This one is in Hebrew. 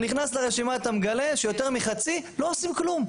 נכנס לרשימה אתה מגלה שיותר מחצי לא עושים כלום.